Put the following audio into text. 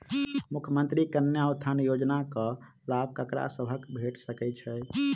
मुख्यमंत्री कन्या उत्थान योजना कऽ लाभ ककरा सभक भेट सकय छई?